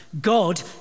God